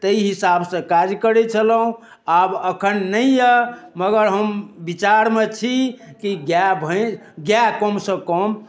ताहि हिसाबसँ काज करैत छलहुँ आब एखन नहि यऽ मगर हम विचारमे छी कि गाय भैस गाय कमसँ कम